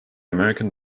american